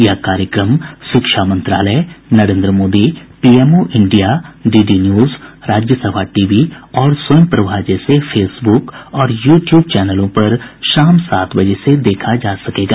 यह कार्यक्रम शिक्षा मंत्रालय Narendra Modi PMO India DD news Rajya Sabha TV और स्वयंप्रभा जैसे फेसबुक और यूट्ब चैनलों पर शाम सात बजे से देखा जा सकेगा